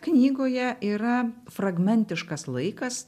knygoje yra fragmentiškas laikas